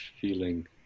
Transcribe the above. feeling